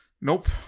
Nope